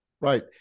Right